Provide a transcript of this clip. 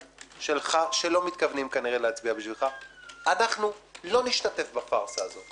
שהוועדות ככלל לא מתכנסות בתקופה הזאת.